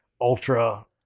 ultra